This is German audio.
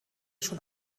schon